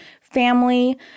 family